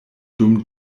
dum